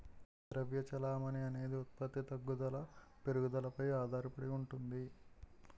ద్రవ్య చెలామణి అనేది ఉత్పత్తి తగ్గుదల పెరుగుదలపై ఆధారడి ఉంటుంది